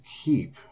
keep